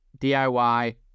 DIY